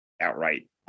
outright –